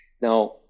Now